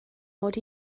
mod